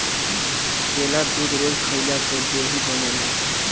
केला दूध रोज खइला से देहि बनेला